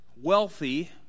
wealthy